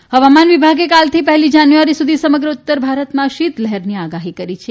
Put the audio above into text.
શીત લહર હવામાન વિભાગે કાલથી પહેલી જાન્યુઆરી સુધી સમગ્ર ઉત્તરભારતમાં શીત લહેરની આગાહી કરી છે